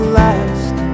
last